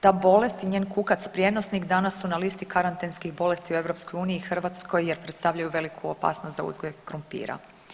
Ta bolest i njen kukac prijenosnik danas su na listi karantenskih bolesti u EU i Hrvatskoj jer predstavljaju veliku opasnost za uzgoj krumpira.